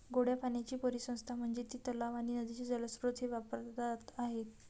गोड्या पाण्याची परिसंस्था म्हणजे ती तलाव आणि नदीचे जलस्रोत जे वापरात आहेत